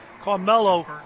Carmelo